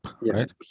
right